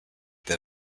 that